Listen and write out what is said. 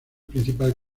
principal